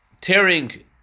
Tearing